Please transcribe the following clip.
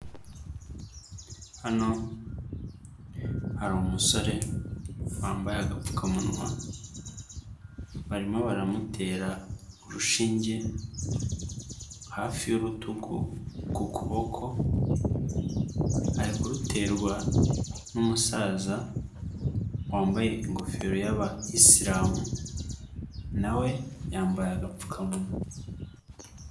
Hano hari umusore wambaye agapfukamunwa, barimo baramutera urushinge hafi y'urutugu ku kuboko, ari kuruterwa n'umusaza wambaye ingofero y'abayisilamu, nawe yambaye agapfukamunwa.